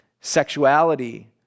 sexuality